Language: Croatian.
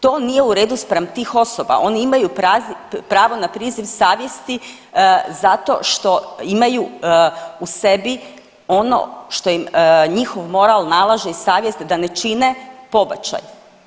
To nije u redu spram tih osoba, oni imaju pravo na priziv savjesti zato što imaju u sebi ono što im njihov moral nalaže i savjest da ne čine pobačaj.